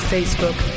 Facebook